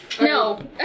No